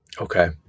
Okay